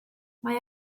mae